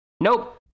Nope